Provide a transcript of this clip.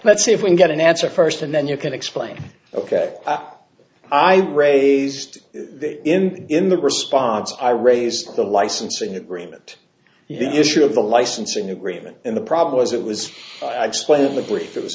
let's see if we can get an answer first and then you can explain ok i raised him in the response i raised the licensing agreement the issue of the licensing agreement in the problem as it was